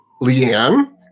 Leanne